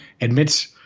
admits